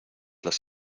las